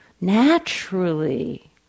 naturally